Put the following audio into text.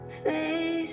face